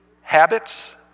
habits